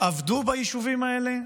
עבדו ביישובים האלה,